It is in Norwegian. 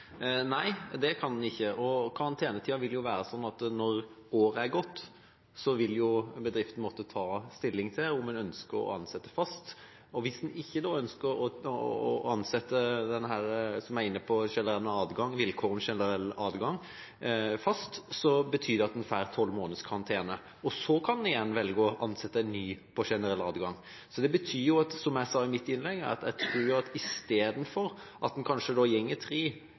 Nei, det kan en ikke. Karantenetida vil være slik at når året er gått, vil bedriften måtte ta stilling til om en ønsker å ansette fast. Hvis en da ikke ønsker å ansette personen som er inne på vilkår om generell adgang, fast, betyr det at en får 12 måneders karantene. Så kan en igjen velge å ansette en ny på generell adgang. Det betyr, som jeg sa i mitt innlegg, at i stedet for at en kanskje